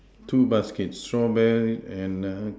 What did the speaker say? two baskets strawberries and err